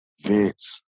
Vince